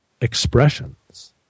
expressions